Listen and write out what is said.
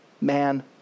man